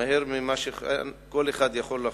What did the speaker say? מהר ממה שכל אחד יכול לחשוב.